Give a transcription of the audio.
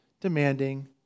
demanding